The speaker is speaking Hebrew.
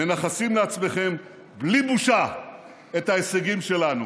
מנכסים לעצמכם בלי בושה את ההישגים שלנו,